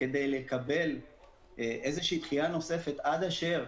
כדי לקבל איזו שהיא דחיה נוספת עד אשר